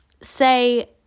say